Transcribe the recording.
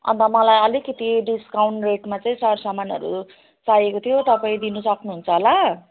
अनि त मलाई अलिकति डिस्काउन्ट रेटमा चाहिँ सरसमानहरू चाहिएको थियो तपाईँ दिनु सक्नुहुन्छ होला